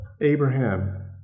Abraham